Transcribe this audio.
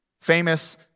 Famous